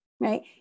right